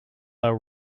our